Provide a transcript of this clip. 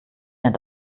denn